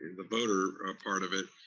the voter part of it.